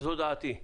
זאת דעתי.